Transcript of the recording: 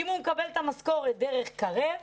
אם הוא מקבל את המשכורת דרך קרב,